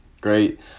Great